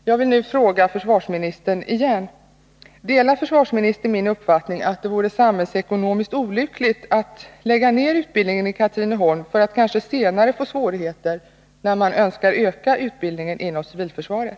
Jag vill nu fråga försvarsministern igen: Delar försvarsministern min uppfattning, att det vore samhällsekonomiskt olyckligt att lägga ner utbildningen i Katrineholm, vilket kan innebära att man senare får svårigheter när man önskar öka utbildningen inom civilförsvaret?